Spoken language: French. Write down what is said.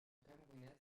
camerounaise